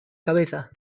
cabeza